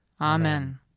Amen